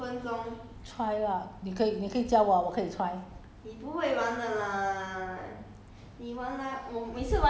要要不然你教我 lah 我跟你打 try lah 你可以你可以教我 ah 我可以 try